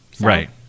Right